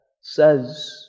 says